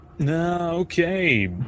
Okay